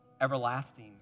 everlasting